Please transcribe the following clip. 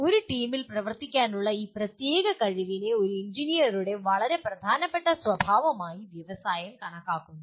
ഒരു ടീമിൽ പ്രവർത്തിക്കാനുള്ള ഈ പ്രത്യേക കഴിവിനെ ഒരു എഞ്ചിനീയറുടെ വളരെ പ്രധാനപ്പെട്ട സ്വഭാവമായി വ്യവസായം കണക്കാക്കുന്നു